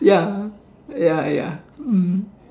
ya ya ya mm